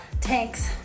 Thanks